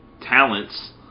talents